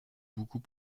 beaucoup